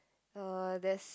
uh there's